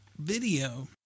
Video